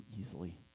easily